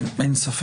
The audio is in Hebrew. כן, אין ספק.